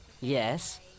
yes